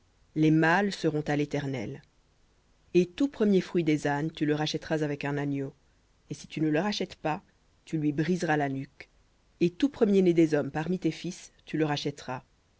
les mâles seront à léternel et tout premier fruit des ânes tu le rachèteras avec un agneau et si tu ne le rachètes pas tu lui briseras la nuque et tout premier-né des hommes parmi tes fils tu le rachèteras